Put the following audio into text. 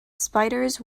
spiders